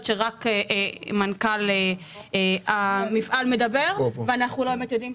שרק מנכ"ל המפעל מדבר ואנחנו לא באמת יודעים.